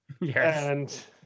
Yes